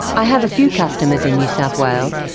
i have a few customers in new south wales,